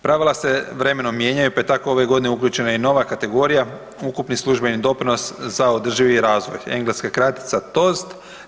Pravila se vremenom mijenjaju, pa je tako ove godine uključena i nova kategorija ukupni službeni doprinos za održivi razvoj, engleska kratica TOZD.